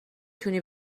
تونی